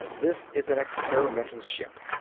this is an experimental ship.